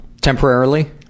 temporarily